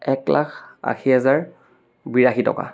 এক লাখ আশী হাজাৰ বিৰাশী টকা